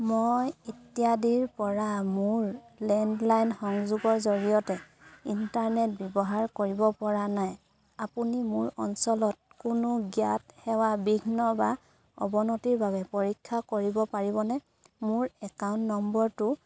মই ইত্যাদিৰপৰা মোৰ লেণ্ডলাইন সংযোগৰ জৰিয়তে ইণ্টাৰনেট ব্যৱহাৰ কৰিবপৰা নাই আপুনি মোৰ অঞ্চলত কোনো জ্ঞাত সেৱা বিঘ্ন বা অৱনতিৰ বাবে পৰীক্ষা কৰিব পাৰিবনে মোৰ একাউণ্ট নম্বৰটো